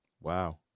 Wow